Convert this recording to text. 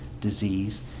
disease